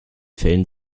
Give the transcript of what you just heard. fällen